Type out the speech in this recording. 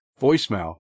voicemail